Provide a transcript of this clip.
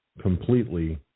completely